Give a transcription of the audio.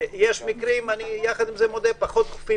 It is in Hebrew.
אני מודה שיש מקרים יותר דחופים ומקרים פחות דחופים.